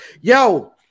Yo